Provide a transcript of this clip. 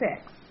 six